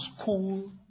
school